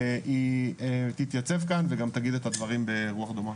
היא תתייצב כאן וגם תגיד את הדברים ברוח דומה.